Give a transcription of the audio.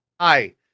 Hi